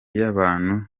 y’abantu